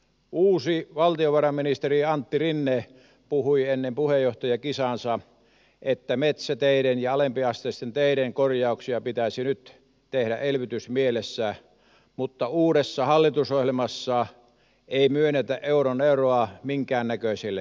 uusi valtiovarainministeri antti rinne puhui ennen puheenjohtajakisaansa että metsäteiden ja alempiasteisten teiden korjauksia pitäisi nyt tehdä elvytysmielessä mutta uudessa hallitusohjelmassa ei myönnetä euron euroa minkäännäköisille teille